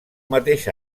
mateix